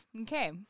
Okay